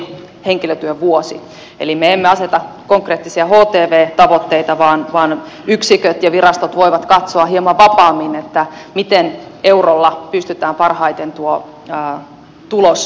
eli me emme aseta konkreettisia htv tavoitteita vaan yksiköt ja virastot voivat katsoa hieman vapaammin miten eurolla pystytään parhaiten tuo tulos tuottamaan